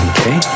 Okay